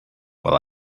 while